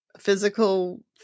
Physical